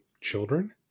children